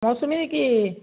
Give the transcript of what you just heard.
মৌচুমী নেকি